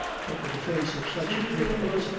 but with a face of such indifference,